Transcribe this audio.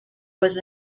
was